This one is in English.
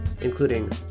including